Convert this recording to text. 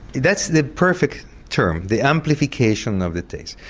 that's the perfect term, the amplification of the taste.